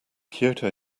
kyoto